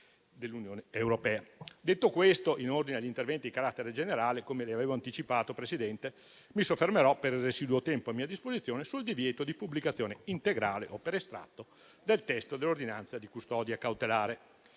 dell'Unione europea. Detto ciò in ordine agli interventi di carattere generale - come le avevo anticipato, signor Presidente - mi soffermerò per il residuo tempo a mia disposizione sul divieto di pubblicazione integrale o per estratto del testo dell'ordinanza di custodia cautelare.